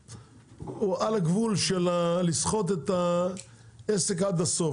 הוא על הגבול של לסחוט את העסק עד הסוף.